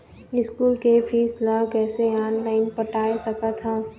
School के fees ला कैसे ऑनलाइन पटाए सकत हव?